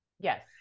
Yes